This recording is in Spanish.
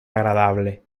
agradable